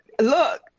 look